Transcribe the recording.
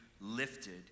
lifted